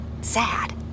sad